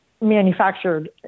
manufactured